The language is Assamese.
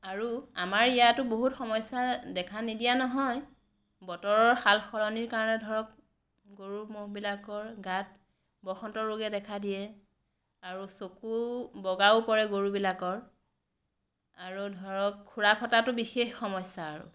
আৰু আমাৰ ইয়াতো বহুত সমস্যা দেখা নিদিয়া নহয় বতৰৰ সালসলনিৰ কাৰণে ধৰক গৰু ম'হবিলাকৰ গাত বসন্ত ৰোগে দেখা দিয়ে আৰু চকু বগাও পৰে গৰুবিলাকৰ আৰু ধৰক খুৰা ফটাটো বিশেষ সমস্যা আৰু